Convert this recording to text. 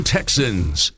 Texans